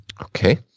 Okay